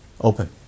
Open